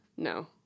No